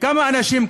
וכמה אנשים,